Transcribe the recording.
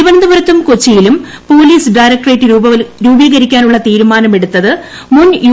തിരുവനന്തപുരത്തും കൊച്ചിയിലും police directorate ്രൂപീകരിക്കാനുള്ള തീരുമാനം എടുത്തത് മുൻ യു